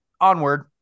Onward